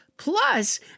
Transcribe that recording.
Plus